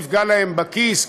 תפגע להם בכיס,